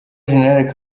general